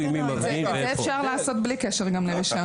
זה אפשר לעשות גם בלי קשר לרישיון.